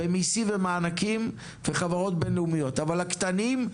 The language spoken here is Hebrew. במיסים ומענקים וחברות בינלאומיות, אבל לקטנים,